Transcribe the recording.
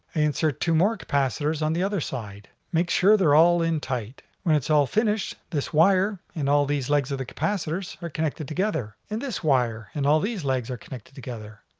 i insert two more capacitors on the other side. make sure they're all in tight. when it's all finished, this wire and all these legs of the capacitors are connected together. and this wire and all these legs are connected together.